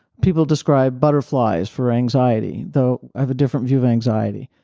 people describe butterflies for anxiety, though i have a different view of anxiety,